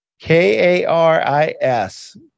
K-A-R-I-S